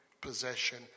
possession